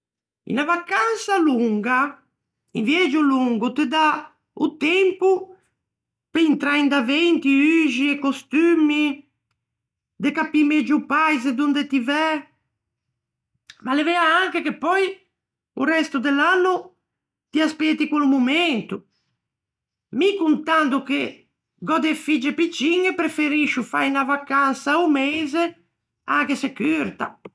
Unna vacansa longa, un viægio longo, o te dà o tempo de intrâ in davei inti uxi e costummi, de capî megio o paise donde ti væ, ma l'é vea anche che pöi o resto de l'anno ti aspeti quello momento. Mi, contando che gh'ò de figge picciñe, preferiscio fâ unna vacansa a-o meise, anche se curta.